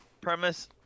premise